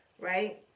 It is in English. right